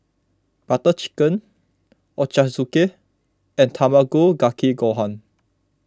Butter Chicken Ochazuke and Tamago Kake Gohan